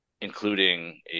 including